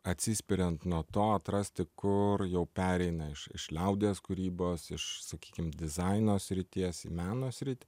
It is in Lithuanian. atsispiriant nuo to atrasti kur jau pereina iš iš liaudies kūrybos iš sakykim dizaino srities į meno sritį